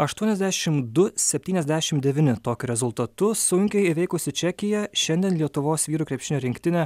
aštuoniasdešimt du septyniasdešimt devyni tokiu rezultatu sunkiai įveikusi čekiją šiandien lietuvos vyrų krepšinio rinktinė